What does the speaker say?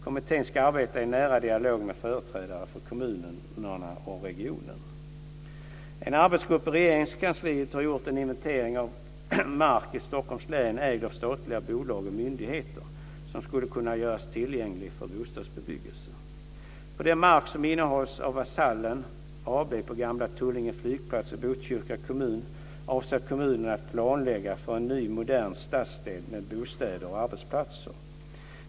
Kommittén ska arbeta i nära dialog med företrädare för kommunerna och regionen. En arbetsgrupp i Regeringskansliet har gjort en inventering av mark i Stockholms län, ägd av statliga bolag och myndigheter, som skulle kunna göras tillgänglig för bostadsbebyggelse. På den mark som innehas av Vasallen AB på gamla Tullinge flygplats i Botkyrka kommun avser kommunen att planlägga för en ny modern stadsdel med bostäder och arbetsplatser.